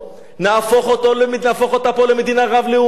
נהפוך אותה פה למדינה רב-לאומית.